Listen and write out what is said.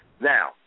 Now